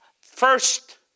first